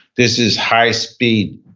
this is high speed,